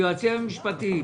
היועצים המשפטיים.